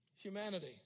humanity